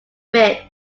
bit